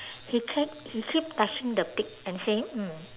he keep he keep touching the pig and say mm